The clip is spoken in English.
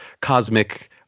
cosmic